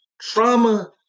trauma